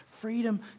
Freedom